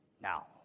Now